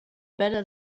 better